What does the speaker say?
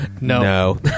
No